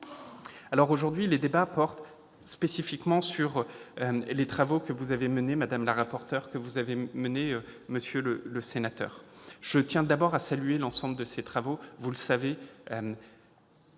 Aujourd'hui, nos débats portent spécifiquement sur les travaux que vous avez menés, madame la rapporteur, monsieur le sénateur. Je tiens d'abord à saluer l'ensemble de ces travaux. Ils